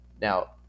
Now